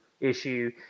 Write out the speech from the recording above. issue